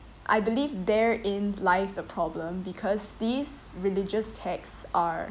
I believe therein lies the problem because these religious texts are